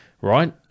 right